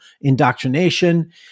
indoctrination